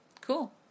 Cool